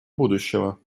будущего